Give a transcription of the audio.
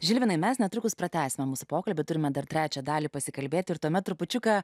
žilvinai mes netrukus pratęsime mūsų pokalbį turime dar trečią dalį pasikalbėti ir tame trupučiuką